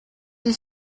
did